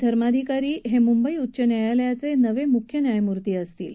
धर्माधिकारी हे मुंबई उच्च न्यायालयाचे नवे मुख्य न्यायमूर्ती असतील